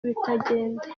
ibitagenda